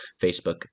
Facebook